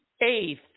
eighth